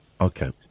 Okay